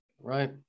Right